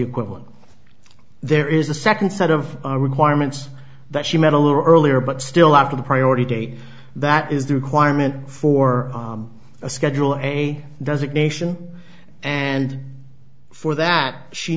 equivalent there is a second set of requirements that she met a little earlier but still after the priority date that is the requirement for a schedule and a designation and for that she